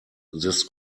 this